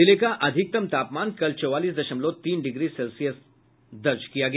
जिले का अधिकतम तापमान कल चौवालीस दशमलव तीन डिग्री सेल्सियस तक पहुंच गया